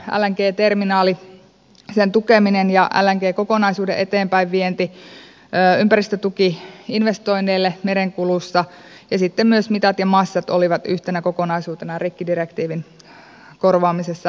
lng terminaali sen tukeminen ja lng kokonaisuuden eteenpäinvienti ympäristötuki investoinneille merenkulussa ja sitten myös mitat ja massat olivat yhtenä kokonaisuutena rikkidirektiivin korvaamisessa